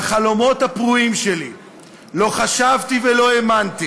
בחלומות הפרועים שלי לא חשבתי ולא האמנתי